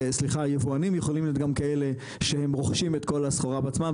סליחה יבואנים יכולים להיות גם כאלה שהם רוכשים את כל הסחורה בעצמם,